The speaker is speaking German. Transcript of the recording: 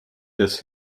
des